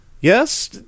Yes